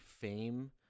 fame